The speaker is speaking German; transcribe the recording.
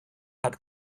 hat